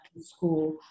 school